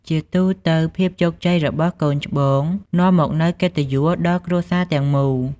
ជាទូទៅ ភាពជោគជ័យរបស់កូនច្បងនាំមកនូវកិត្តិយសដល់គ្រួសារទាំងមូល។